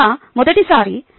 ముఖ్యంగా మొదటిసారి